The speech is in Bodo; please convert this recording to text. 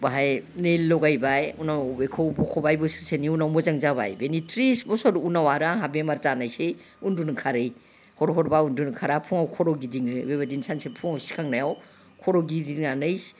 बहाय नेइल लगायबाय उनाव बेखौ बखबाय बोसोरसेनि उनाव मोजां जाबाय बेनि थ्रिस बोसोर उनाव आरो आंहा बेमार जानायसै उन्दुनो ओंखारै हर हरब्ला उन्दुनो ओंखारा फुङाव खर' गिदिङो बेबादिनो सानसे फुङाव सिखांनायाव खर' गिदिंनानै